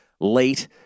late